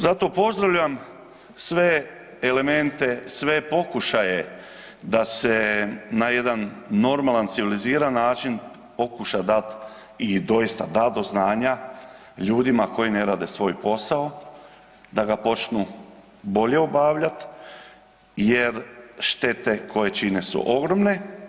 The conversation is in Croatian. Zato pozdravljam sve elemente, sve pokušaje da se na jedan normalan civiliziran način pokuša dat i doista dat do znanja ljudima koji ne rade svoj posao da ga počnu bolje obavljat jer štete koje čine su ogromne.